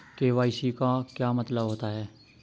KYC का क्या मतलब होता है?